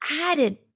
added